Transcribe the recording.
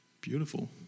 beautiful